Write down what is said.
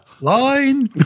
Line